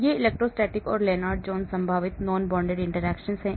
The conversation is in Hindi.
ये इलेक्ट्रोस्टैटिक और लेनार्ड जोन्स संभावित non bonded interactions हैं